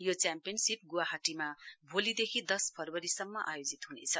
यो च्याम्पियनशीप गुवाहाटीमा भोलिदेखि दस फरवरीसम्म आयोजित ह्नेछ